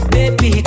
Baby